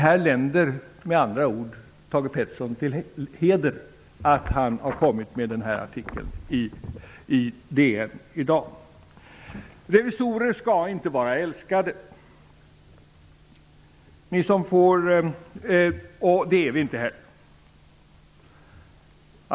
Det länder med andra ord Thage Peterson till heder att han har kommit med denna artikel i DN i dag. Revisorer skall inte vara älskade. Det är vi inte heller.